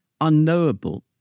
unknowable